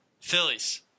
Phillies